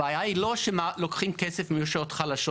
הבעיה היא לא שלוקחים כסף מרשויות חלשות